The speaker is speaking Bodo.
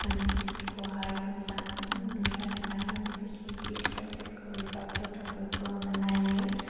माने बिसोरखौहाय मोजां नुयो आरो ना बिसोरनि पिक्सारफोरखौ एबा फट'फोरखौ आङो नायो